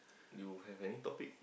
you have any topic